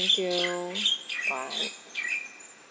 thank you bye